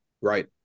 Right